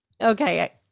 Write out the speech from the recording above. Okay